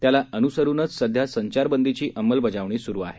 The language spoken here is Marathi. त्याला अनुसरूनच सध्या संचारबंदीची अंमलबजावणी सुरू आहे